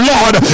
Lord